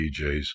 DJs